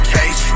Case